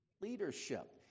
leadership